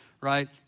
right